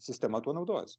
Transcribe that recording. sistema tuo naudojasi